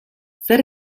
zer